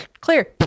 Clear